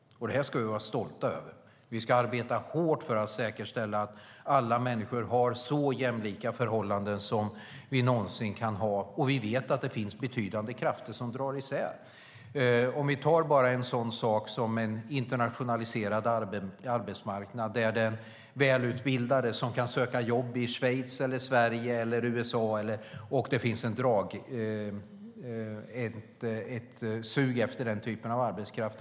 Det ska vi vara stolta över. Vi ska arbeta hårt för att säkerställa att alla människor har så jämlika förhållanden som vi någonsin kan ha. Vi vet att det finns betydande krafter som drar isär. Jag kan som exempel ta en internationaliserad arbetsmarknad där den välutbildade kan söka jobb i Schweiz, Sverige eller USA. Det finns ett sug efter den typen av arbetskraft.